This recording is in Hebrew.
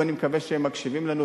ואני מקווה שהם מקשיבים לנו,